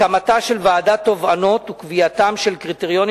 הקמתה של ועדת תובענות וקביעתם של קריטריונים